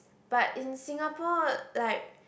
but in Singapore like